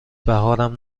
بهارم